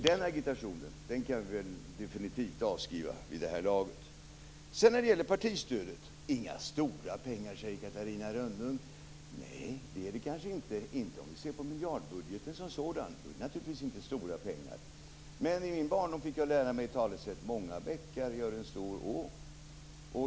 Den agitationen kan vi väl definitivt avskriva vid det här laget. Inga stora pengar, säger Catarina Rönnung om partistödet. Nej, det är det kanske inte - inte om vi ser på miljardbugeten som sådan. Då är det naturligtvis inga stora pengar. Men i min barndom fick jag lära mig talesättet: Många bäckar små gör en stor å.